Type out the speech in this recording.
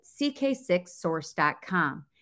ck6source.com